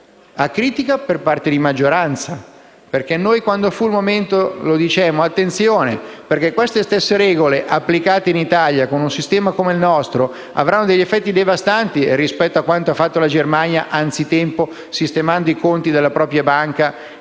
acritica per parte di maggioranza. Noi, quando fu il momento, dicemmo di fare attenzione perché queste stesse regole, applicate in Italia e con un sistema come il nostro, avrebbero avuto effetti devastanti rispetto a quanto ha fatto la Germania anzitempo sistemando i conti delle proprie banche